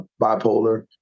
bipolar